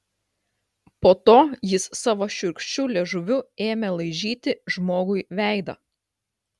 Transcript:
po to jis savo šiurkščiu liežuviu ėmė laižyti žmogui veidą